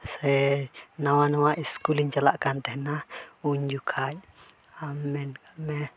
ᱥᱮ ᱱᱟᱣᱟ ᱱᱟᱣᱟ ᱥᱠᱩᱞᱤᱧ ᱪᱟᱞᱟᱜ ᱠᱟᱱ ᱛᱟᱦᱮᱱᱟ ᱩᱱ ᱡᱚᱠᱷᱟᱡ ᱟᱢ ᱢᱮᱱ ᱢᱮ